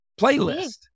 playlist